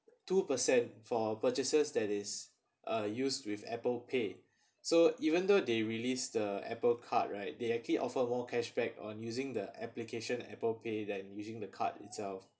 two percent for purchases that is uh used with Apple pay so even though they released the Apple card right they actually offer more cashback on using the application Apple pay than using the card itself